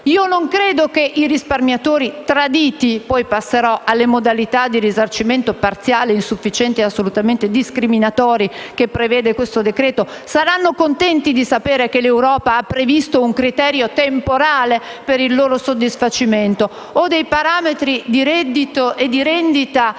Non credo che i risparmiatori traditi - poi passerò alle modalità di risarcimento parziali, insufficienti e assolutamente discriminatorie che prevede questo decreto - saranno contenti di sapere che l'Europa ha previsto un criterio temporale per il loro soddisfacimento o dei parametri di reddito e di rendita